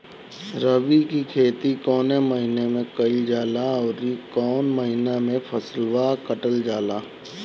रबी की खेती कौने महिने में कइल जाला अउर कौन् महीना में फसलवा कटल जाला?